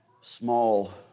small